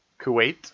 Kuwait